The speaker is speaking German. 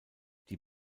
die